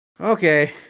Okay